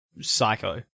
psycho